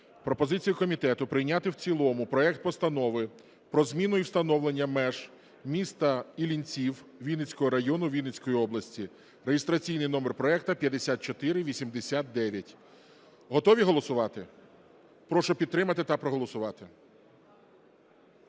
пропозицію комітету прийняти в цілому проект Постанови про зміну і встановлення меж міста Іллінців Вінницького району Вінницької області (реєстраційний номер проекту 5489). Готові голосувати? Прошу підтримати та проголосувати.